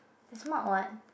is Mark [what]